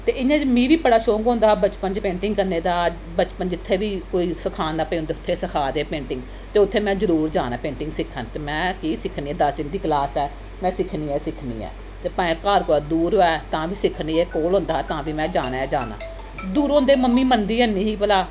ते इ'यां जे मी बी बड़ा शौंक होंदा हा बचपन च पेंटिंग करने दा बचपन जित्थै बी कोई सखांदा भाई उत्थै सिखादे पेंटिंग ते उत्थै में जरूर जाना पेंटिंग सिक्खन ते में सिक्खनी दस दिन दी क्लास ऐ में सिक्खनी गै सिक्खनी ऐ ते भाएं घर कुतै दूर होऐ तां बी सिक्खनी कोल होंदा हा तां बी में जाना ऐ जाना दूर होंदे में मनदी हैन्नी ही भला